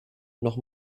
noch